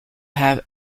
have